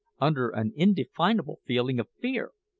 under an indefinable feeling of fear.